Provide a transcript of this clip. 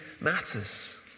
matters